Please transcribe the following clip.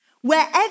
Wherever